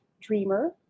Dreamer